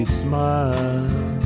smile